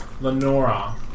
Lenora